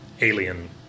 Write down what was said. alien